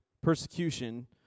persecution